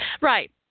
Right